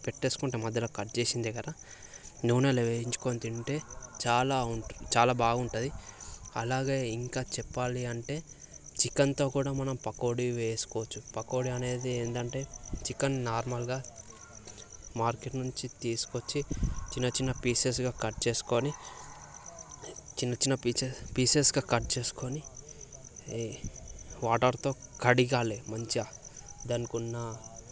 పెట్టుకుంటే మధ్యలో కట్ చేసిన దగ్గర నూనెలో వేయించుకొని తింటే చాలా ఉం చాలా బాగుంటుంది అలాగే ఇంకా చెప్పాలి అంటే చికెన్తో కూడా మనం పకోడీ వేసుకోవచ్చు పకోడీ అనేది ఏంటంటే చికెన్ నార్మల్గా మార్కెట్ నుంచి తీసుకొచ్చి చిన్న చిన్న పీసెస్గా కట్ చేసుకొని చిన్నచిన్న పీసెస్ పీసెస్గా కట్ చేసుకొని వాటర్తో కడగాలి మంచిగా దానికున్న